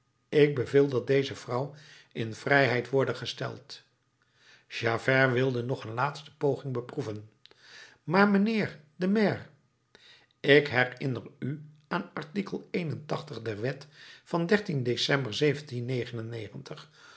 ik beveel dat deze vrouw in vrijheid worde gesteld javert wilde nog een laatste poging beproeven maar mijnheer de maire ik herinner u aan der wet van december